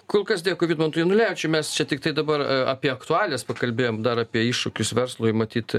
kol kas dėkui vidmantui janulevičiui mes čia tiktai dabar apie aktualijas pakalbėjom dar apie iššūkius verslui matyt